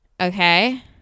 okay